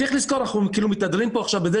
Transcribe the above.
צריך לזכור שאנחנו כאילו מתהדרים כאן עכשיו בכך